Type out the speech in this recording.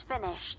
finished